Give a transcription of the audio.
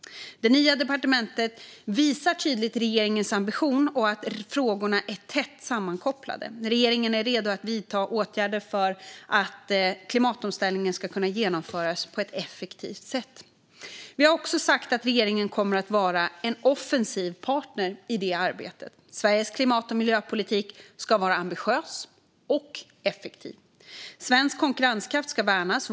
Det nya departementet visar tydligt regeringens ambition och att frågorna är tätt sammankopplade. Regeringen är redo att vidta åtgärder för att klimatomställningen ska kunna genomföras på ett effektivt sätt. Vi har också sagt att regeringen kommer att vara en offensiv partner i arbetet. Sveriges klimat och miljöpolitik ska vara ambitiös och effektiv. Svensk konkurrenskraft ska värnas.